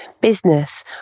business